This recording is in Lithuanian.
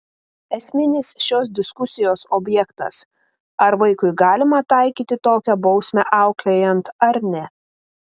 esminis šios diskusijos objektas ar vaikui galima taikyti tokią bausmę auklėjant ar ne